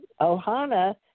Ohana